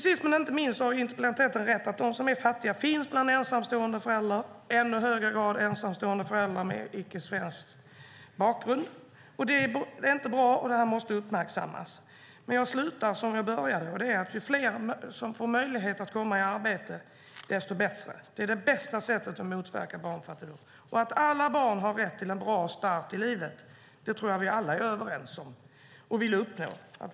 Sist men inte minst har interpellanten rätt i att de som är fattiga finns bland ensamstående föräldrar och i ännu högre grad bland ensamstående föräldrar med icke svensk bakgrund. Det är inte bra och måste uppmärksammas. Men jag slutar som jag började med att ju fler som får möjlighet att komma i arbete, desto bättre är det. Det är det bästa sättet att motverka barnfattigdom. Och att alla barn har rätt till en bra start i livet tror jag att vi alla är överens om och vill uppnå.